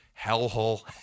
hellhole